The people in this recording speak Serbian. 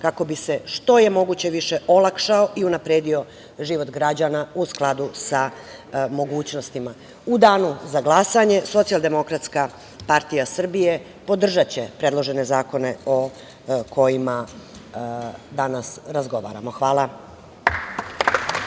kako bi se što je moguće više olakšao i unapredio život građana u skladu sa mogućnostima.U danu za glasanje Socijaldemokratska partija Srbije podržaće predložene zakone o kojima danas razgovaramo. Hvala.